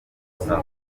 saa